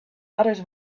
others